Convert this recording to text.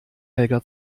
helga